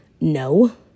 No